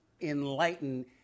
enlighten